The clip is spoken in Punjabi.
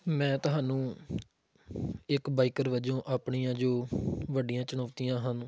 ਮੈਂ ਤੁਹਾਨੂੰ ਇੱਕ ਬਾਈਕਰ ਵਜੋਂ ਆਪਣੀਆਂ ਜੋ ਵੱਡੀਆਂ ਚੁਣੌਤੀਆਂ ਹਨ